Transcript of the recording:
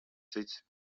cits